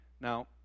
Now